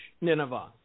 Nineveh